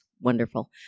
wonderful